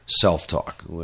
self-talk